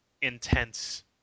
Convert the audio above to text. intense